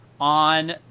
on